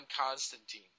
Constantine